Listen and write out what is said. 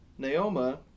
Naoma